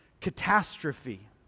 catastrophe